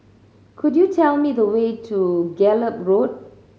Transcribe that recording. could you tell me the way to Gallop Road